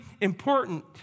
important